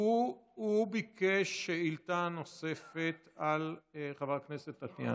הוא ביקש שאלה נוספת על זו של חברת הכנסת טטיאנה.